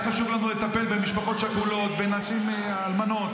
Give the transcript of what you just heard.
היה חשוב לנו לטפל במשפחות שכולות, בנשים אלמנות.